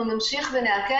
אנחנו נמשיך ונאכן,